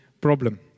problem